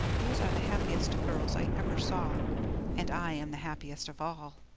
these are the happiest girls i ever saw and i am the happiest of all!